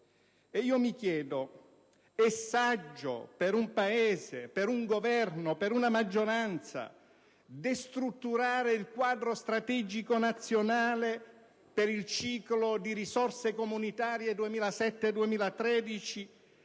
- mi chiedo - per un Paese, per un Governo e per una maggioranza destrutturare il quadro strategico nazionale per il ciclo di risorse comunitarie 2007-2013,